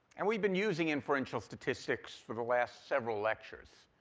and we've been using inferential statistics for the last several lectures.